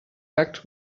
back